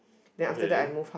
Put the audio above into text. ok